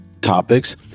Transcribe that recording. topics